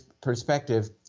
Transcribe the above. perspective